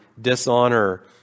dishonor